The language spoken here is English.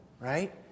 right